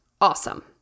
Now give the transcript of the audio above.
Awesome